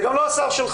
זה גם לא השר שלך.